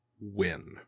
win